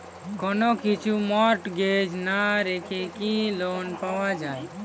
কোন কিছু মর্টগেজ না রেখে কি লোন পাওয়া য়ায়?